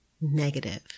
negative